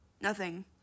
Nothing